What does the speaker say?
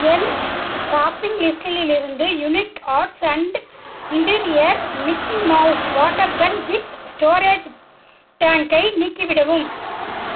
என் shopping லிஸ்டிலிலிருந்து unique arts and interiors Mickey Mouse water gun with storage டேங்க்கை நீக்கிவிடவும்